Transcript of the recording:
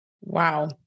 Wow